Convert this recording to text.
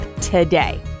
today